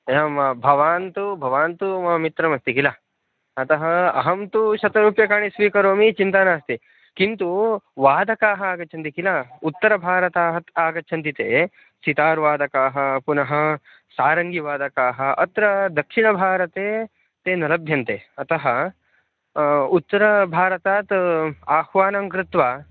एवं वा भवान् तु भवान् तु मम मित्रमस्ति किल अतः अहं तु शतरूप्यकाणि स्वीकरोमि चिन्ता नास्ति किन्तु वादकाः आगच्छन्ति किल उत्तरभारतात् आगच्छन्ति ते सितारवादकाः पुनः सारङ्गिवादकाः अत्र दक्षिणभारते ते न लभ्यन्ते अतः उत्तरभारतात् आह्वानं कृत्वा